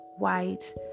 white